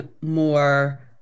more